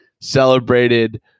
celebrated